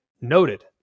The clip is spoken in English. noted